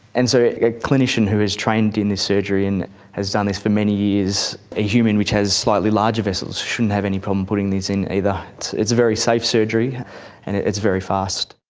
and so a clinician who is trained in this surgery and has done this for many years in a human which has slightly larger vessels shouldn't have any problem putting these in either. it's a very safe surgery and it's very fast.